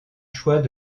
choix